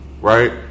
right